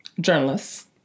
journalists